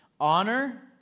honor